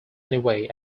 anyway